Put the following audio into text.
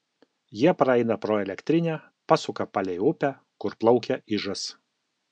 jie praeina pro elektrinę pasuka palei upę kur plaukia ižas